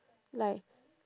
like